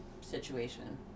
situation